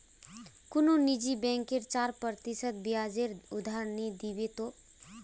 कुनु निजी बैंक चार प्रतिशत ब्याजेर उधार नि दीबे तोक